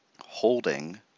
holding